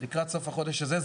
לקראת סוף החודש הזה,